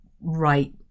right